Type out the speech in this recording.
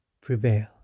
prevail